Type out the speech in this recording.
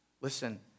Listen